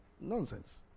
nonsense